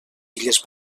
illes